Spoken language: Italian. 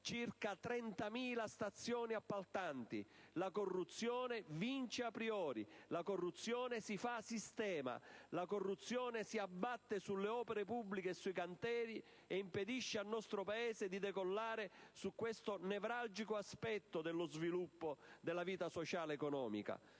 circa 30.000 stazioni appaltanti? La corruzione vince a priori, la corruzione si fa sistema, la corruzione si abbatte sulle opere pubbliche e sui cantieri e impedisce al nostro Paese di decollare su questo nevralgico aspetto dello sviluppo della vita sociale ed economica.